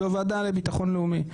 היא הוועדה לביטחון לאומי.